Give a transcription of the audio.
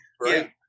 right